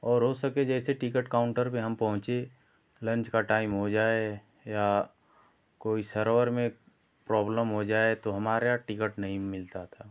और हो सके जैसे टिकट काउन्टर पर हम पहुंचे लंच का टाइम हो जाए या कोई सर्वर में प्रॉब्लम हो जाए तो हमारा टिकट नहीं मिलता था